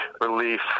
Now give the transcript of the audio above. relief